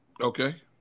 Okay